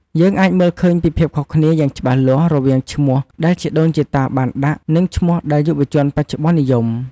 យើងអាចមើលឃើញពីភាពខុសគ្នាយ៉ាងច្បាស់លាស់រវាងឈ្មោះដែលជីដូនជីតាបានដាក់ និងឈ្មោះដែលយុវជនបច្ចុប្បន្ននិយម។